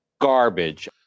garbage